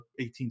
18